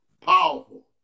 Powerful